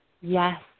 yes